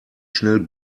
schnell